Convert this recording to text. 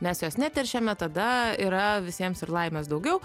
mes jos neteršiame tada yra visiems ir laimės daugiau